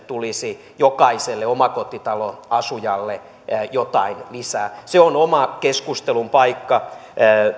tulisi jokaiselle omakotitaloasujalle jotain lisää se on oma keskustelunsa paikka